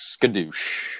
Skadoosh